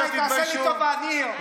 די, תעשה לי טובה, ניר.